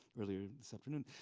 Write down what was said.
earlier this afternoon.